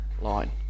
line